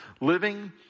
Living